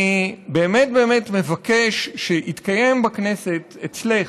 אני באמת באמת מבקש שיתקיים בכנסת, אצלך,